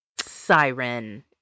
Siren